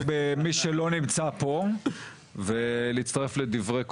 להשתלח במי שלא נמצא פה ולהצטרף לדברי קודמיי,